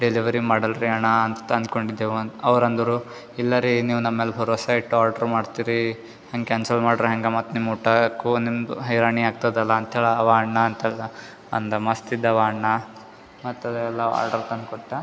delivery ಮಾಡೋಲ್ರಿ ಅಣ್ಣ ಅಂತ ಅಂದ್ಕೊಂಡಿದೆವು ಒಂದು ಅವರಂದ್ರು ಇಲ್ಲ ರೀ ನೀವು ನಮ್ಮೆಲೆ ಭರೋಸ ಇಟ್ಟು ಆಡ್ರ್ ಮಾಡ್ತಿರಿ ಹಂಗೆ ಕ್ಯಾನ್ಸಲ್ ಮಾಡಿದ್ರೆ ಹ್ಯಾಂಗೆ ಮತ್ತು ನಿಮ್ಮ ಊಟಕ್ಕು ನಿಮಗು ಹೈರಾಣ ಆಗ್ತಾದಲ್ಲ ಅಂತೇಳಿ ಅವ ಅಣ್ಣ ಅಂತದ ಅಂದ ಮಸ್ತ್ ಇದ್ದ ಅಣ್ಣ ಮತ್ತು ಅದೆಲ್ಲ ಆಡ್ರ್ ತಂದುಕೊಟ್ಟ